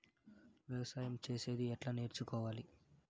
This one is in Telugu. వ్యవసాయం చేసేది ఎట్లా నేర్చుకోవాలి?